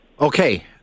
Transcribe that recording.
Okay